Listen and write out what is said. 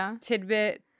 tidbit